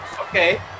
okay